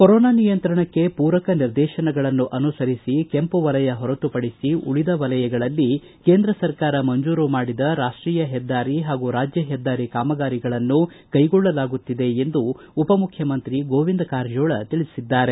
corona ನಿಯಂತ್ರಣಕ್ಕೆ ಪೂರಕ ನಿರ್ದೇತನಗಳನ್ನು ಅನುಸರಿಸಿ ಕೆಂಪು ವಲಯ ಹೊರತುಪಡಿಸಿ ಉಳಿದ ವಲಯಗಳಲ್ಲಿ ಕೇಂದ್ರ ಸರ್ಕಾರ ಮಂಜೂರು ಮಾಡಿದ ರಾಷ್ಟೀಯ ಹೆದ್ದಾರಿ ಹಾಗೂ ರಾಜ್ಯ ಹೆದ್ದಾರಿ ಕಾಮಗಾರಿಗಳನ್ನು ಕೈಗೊಳ್ಳಲಾಗುತ್ತಿದೆ ಎಂದು ಉಪಮುಖ್ಯಮಂತ್ರಿ ಗೋವಿಂದ ಕಾರಜೋಳ ತಿಳಿಸಿದ್ದಾರೆ